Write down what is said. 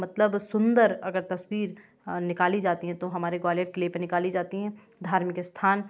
मतलब सुंदर अगर तस्वीर निकाली जाती हैं तो हमारे ग्वालियर क़िले पर निकाली जाती हैं धार्मिक स्थान